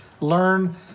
learn